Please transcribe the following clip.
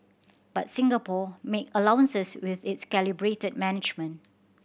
but Singapore make allowances with its calibrated management